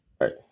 Right